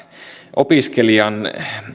opiskelijan